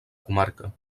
comarca